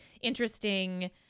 interesting